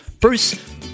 Bruce